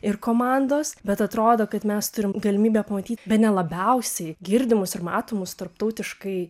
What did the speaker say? ir komandos bet atrodo kad mes turim galimybę pamatyt bene labiausiai girdimus ir matomus tarptautiškai